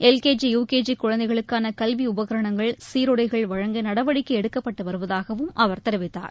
LKG UKG குழந்தைகளுக்கான கல்வி உபகரணங்கள் சீருடைகள் வழங்க நடவடிக்கை எடுக்கப்பட்டு வருவதாகவும் அவர் தெரிவித்தார்